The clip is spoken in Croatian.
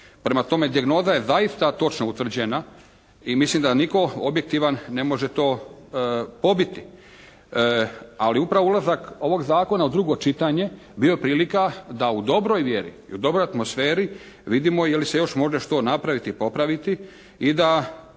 Prema tome dijagnoza je zaista točno utvrđena i mislim da nitko objektivan ne može to pobiti. Ali upravo ulazak ovog zakona u drugo čitanje bio prilika da u dobroj vjeri i u dobroj atmosferi vidimo je li se još može što napraviti, popraviti i da